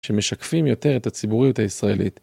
שמשקפים יותר את הציבוריות הישראלית.